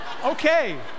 Okay